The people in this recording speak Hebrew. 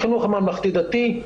בחינוך הממלכתי-דתי,